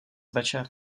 večer